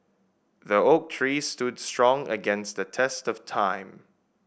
the oak tree stood strong against the test of time